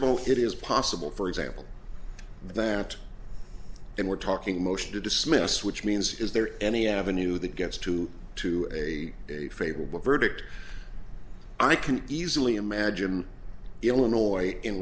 of all it is possible for example that in we're talking motion to dismiss which means is there any avenue that gets to to a favorable verdict i can easily imagine illinois in